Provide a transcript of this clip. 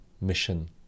mission